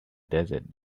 desert